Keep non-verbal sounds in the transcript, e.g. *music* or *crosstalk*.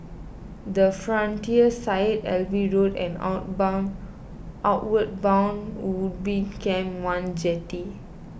the Frontier Syed Alwi Road and *unintelligible* Outward Bound Ubin Camp one Jetty